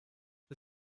the